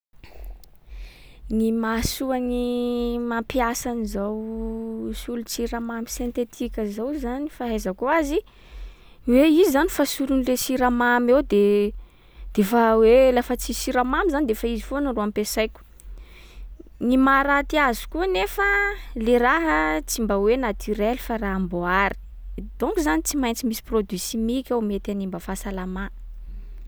Ny mahasoa gny mampiasa an’zao - solo-tsiramamy sentetika zao zany fahaizako azy, hoe i zany fa solon’le siramamy eo de- de fa hoe lafa tsisy siramamy zany de fa izy foana ro ampiasaiko. Ny maharaty azy koa nefa, le ragna tsy mba hoe naturel fa raha amboary. Donc zany tsy maintsy misy produit chimique ao mety hanimba fasalamà.